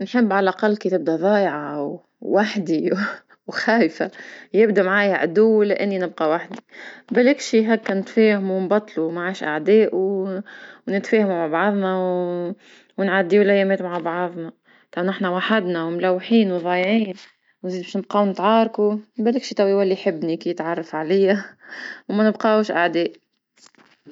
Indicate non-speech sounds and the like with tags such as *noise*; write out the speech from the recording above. نحب على الأقل كي تبدا ضايعة وحدي *laughs* وخايفة يبدا معايا عدو ولا أني نبقى وحدي، بلاكشي هاكا نتفاهمو نبطلو ما عاش اعداء ونتفاهمو مع بعضنا ونعديو الأيامات مع بعضنا، تا حنا وحدنا وملوحين وضايعين *noise* وزيد باش نبقاو نتعاركو بلاكش توا يولي يحبني كي يتعرف عليا *laughs* وما نبقاوش أعداء.